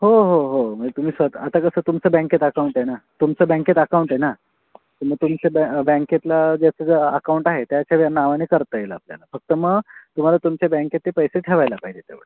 हो हो हो म्हणजे तुम्ही स्वतः आता कसं तुमचं बँकेत अकाऊंट आहे ना तुमचं बँकेत अकाऊंट आहे ना तुम्ही तुमच्या बॅ बँकेतला ज्याचं जे अकाऊंट आहे त्याच्या नावाने करता येईल आपल्याला फक्त मग तुम्हाला तुमच्या बँकेत ते पैसे ठेवायला पाहिजे तेवढे